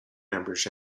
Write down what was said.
members